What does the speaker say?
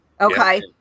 Okay